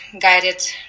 guided